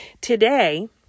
today